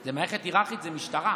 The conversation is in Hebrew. זו מערכת היררכית, זו משטרה.